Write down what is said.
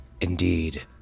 Indeed